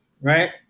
right